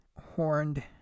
horned